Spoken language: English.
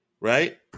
right